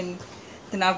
what you should do